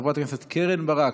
חברת הכנסת קרן ברק,